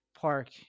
park